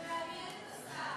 זה מעניין את השר.